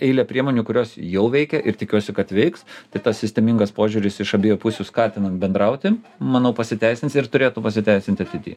eilė priemonių kurios jau veikia ir tikiuosi kad veiks tai tas sistemingas požiūris iš abiejų pusių skatina bendrauti manau pasiteisins ir turėtų pasiteisinti ateity